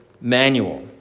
manual